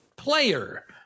player